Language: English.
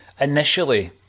initially